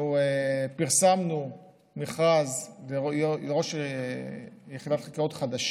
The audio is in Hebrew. אנחנו פרסמנו מכרז לראש יחידת חקירות חדש